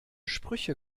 sprüche